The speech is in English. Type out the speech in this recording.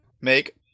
make